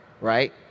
right